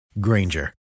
Granger